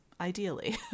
ideally